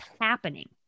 happening